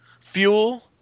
Fuel